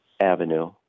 Avenue